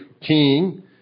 king